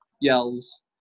yells